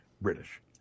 British